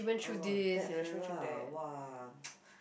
orh that fella ah !wah!